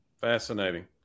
Fascinating